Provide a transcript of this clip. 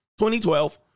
2012